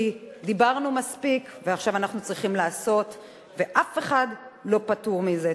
כי דיברנו מספיק ועכשיו אנחנו צריכים לעשות ואף אחד לא פטור מזה.